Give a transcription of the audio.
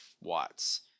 watts